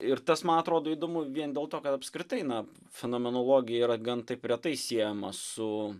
ir tas man atrodo įdomu vien dėl to kad apskritai na fenomenologija yra gan taip retai siejama su